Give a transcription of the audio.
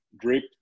drip